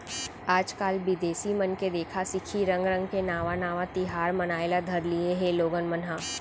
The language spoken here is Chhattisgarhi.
आजकाल बिदेसी मन के देखा सिखी रंग रंग के नावा नावा तिहार मनाए ल धर लिये हें लोगन मन ह